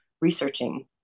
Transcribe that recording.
researching